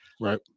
Right